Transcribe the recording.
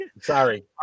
Sorry